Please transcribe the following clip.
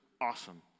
awesome